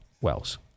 Wells